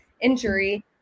injury